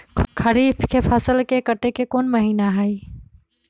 खरीफ के फसल के कटे के कोंन महिना हई?